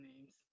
names